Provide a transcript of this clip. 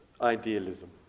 idealism